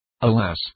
Alas